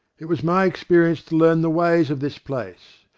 it was my experience to learn the ways of this place,